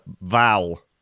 Val